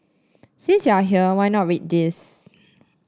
since you are here why not read this